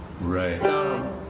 right